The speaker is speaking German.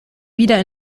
wieder